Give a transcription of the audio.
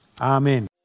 amen